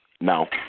No